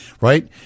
Right